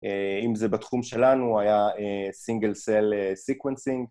אה... אם זה בתחום שלנו היה אה... סינגל סל אה... סיקוונסינג